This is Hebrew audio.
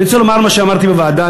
אני רוצה לומר מה שאמרתי בוועדה,